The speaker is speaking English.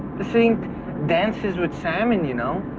this ain't dances with salmon, you know?